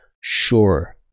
sure